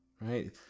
right